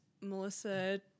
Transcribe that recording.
Melissa